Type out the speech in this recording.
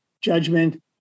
judgment